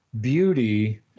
beauty